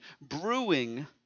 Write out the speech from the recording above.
brewing